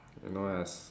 you know as